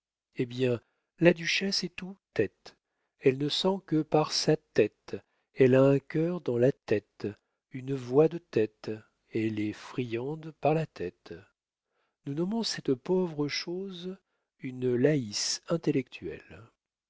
hé bien ta duchesse est tout tête elle ne sent que par sa tête elle a un cœur dans la tête une voix de tête elle est friande par la tête nous nommons cette pauvre chose une laïs intellectuelle